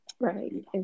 Right